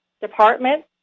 department